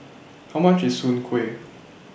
How much IS Soon Kway